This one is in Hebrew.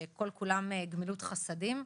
שכל כולם גמילות חסדים,